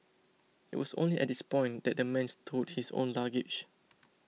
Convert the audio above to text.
it was only at this point that the man stowed his own luggage